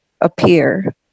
appear